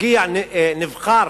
מגיע נבחר,